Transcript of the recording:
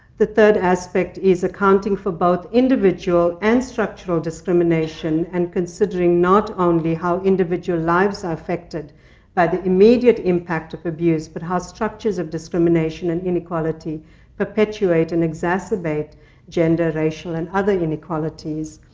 the third aspect is accounting for both individual and structural discrimination, and considering not only how individual lives are affected by the immediate impact of abuse, but how structures of discrimination and inequality perpetuate and exacerbate gender, racial, and other inequalities.